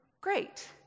great